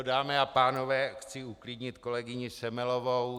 Dámy a pánové, chci uklidnit kolegyni Semelovou.